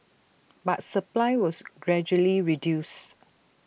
but supply was gradually reduced